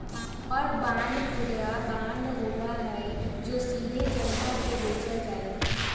war bond खुदरा bond होबा हई जो सीधे जनता के बेचल जा हई